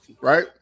right